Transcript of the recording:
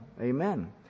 amen